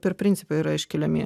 per principai yra iškeliami